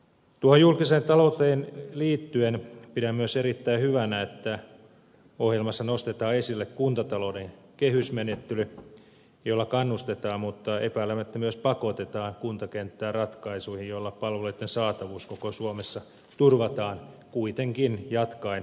tuohon julkiseen talouteen liittyen pidän myös erittäin hyvänä että ohjelmassa nostetaan esille kuntatalouden kehysmenettely jolla kannustetaan mutta epäilemättä myös pakotetaan kuntakenttää ratkaisuihin joilla palveluitten saatavuus koko suomessa turvataan kuitenkin jatkaen paras hanketta